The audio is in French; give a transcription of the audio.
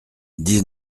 dix